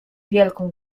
wielką